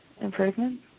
improvement